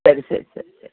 ಸರಿ ಸರಿ ಸರಿ ಸರಿ